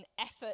effort